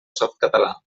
softcatalà